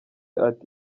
ati